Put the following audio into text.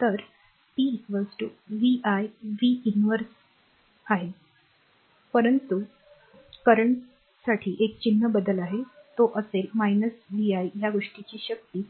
तर p vi v inverseव्युत्पन्न v आहे परंतु करंटसाठी एक चिन्ह बदल आहे तो असेल vi या गोष्टीची शक्ती